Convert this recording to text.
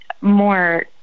more